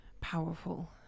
powerful